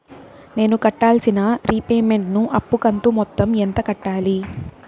నేను కట్టాల్సిన రీపేమెంట్ ను అప్పు కంతు మొత్తం ఎంత కట్టాలి?